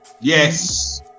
Yes